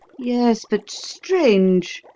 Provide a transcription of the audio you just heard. yes, but strange.